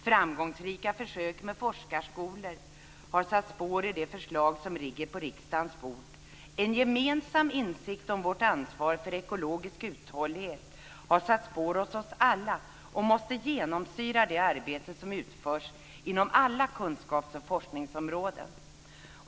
Framgångsrika försök med forskarskolor har satt spår i det förslag som nu ligger på riksdagens bord. En gemensamt insikt om vårt ansvar för ekologisk uthållighet har satt spår hos oss alla och måste genomsyra det arbete som utförs inom alla kunskapsoch forskningsområden.